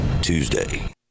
Tuesday